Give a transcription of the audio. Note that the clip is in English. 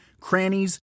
crannies